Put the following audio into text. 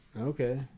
Okay